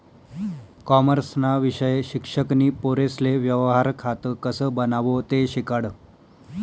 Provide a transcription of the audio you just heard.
कॉमर्सना विषय शिक्षक नी पोरेसले व्यवहार खातं कसं बनावो ते शिकाडं